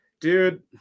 Dude